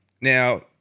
now